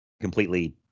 completely